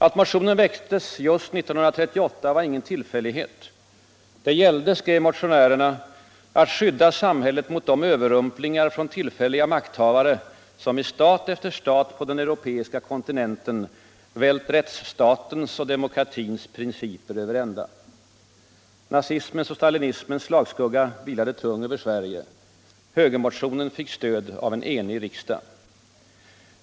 Att motionen väcktes just 1938 var ingen tillfällighet. Det gällde — skrev motionärerna — att skydda samhället mot de överrumplingar från tillfälliga makthavare som i stat efter stat på den europeiska kontinenten vält rättsstatens och demokratins principer över ända. Nazismens och stalinismens slagskugga vilade tung över Sverige. Högermotionen fick stöd av en enig riksdag.